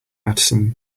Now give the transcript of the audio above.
masterson